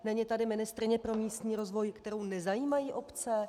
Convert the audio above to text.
Není tady ministryně pro místní rozvoj, kterou nezajímají obce?